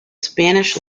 spanish